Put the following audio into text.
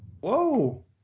Whoa